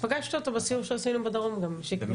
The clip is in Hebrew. פגשת אותו בסיור שעשינו בדרום גם, שיקלי.